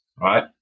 right